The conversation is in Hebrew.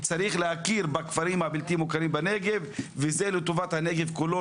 יש להכיר בכפרים הלא מוכרים בנגב וזה לטובת הנגב כולו,